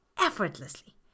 effortlessly